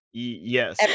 yes